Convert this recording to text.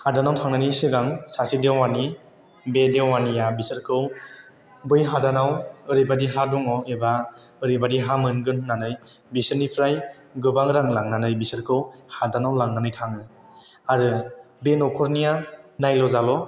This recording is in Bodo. हादोनाव थांनायनि सिगां सासे देवानि बे देवानिया बिसोरखौ बै हादानाव ओरैबायदि हा दङ एबा ओरैबादि हा मोनगोन होननानै बिसोरनिफ्राय गोबां रां लांनानै बिसोरखौ हादानाव लांनानै थाङो आरो बे न'खरनिया नायल' जाल'